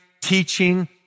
teaching